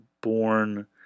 born